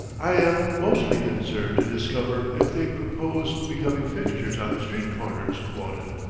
i am mostly concerned to discover if they purpose becoming fixtures on the street-corners, wotton.